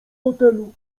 fotelu